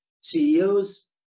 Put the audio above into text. CEOs